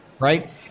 right